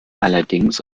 allerdings